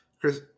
Chris